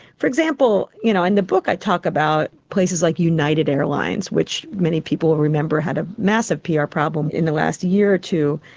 for example, you know in the book i talk about places like united airlines which many people will remember had a massive pr ah problem in the last year or two.